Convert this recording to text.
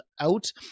out